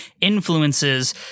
influences